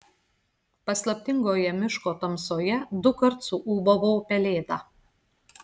paslaptingoje miško tamsoje dukart suūbavo pelėda